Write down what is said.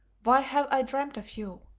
why have i dreamt of you?